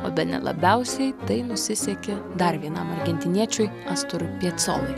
o bene labiausiai tai nusisekė dar vienam argentiniečiui asturiu piecolai